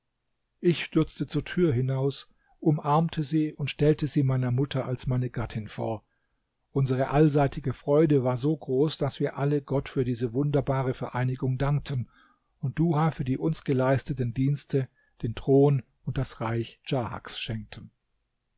ich stürzte zur tür hinaus umarmte sie und stellte sie meiner mutter als meine gattin vor unsere allseitige freude war so groß daß wir alle gott für diese wunderbare vereinigung dankten und duha für die uns geleisteten dienste den thron und das reich djahaks schenkten